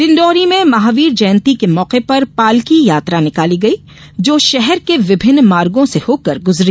डिंडोरी में महावीर जयंती के मौके पर पालकी यात्रा निकाली गई जो शहर के विभिन्न मार्गों से होकर गुजरी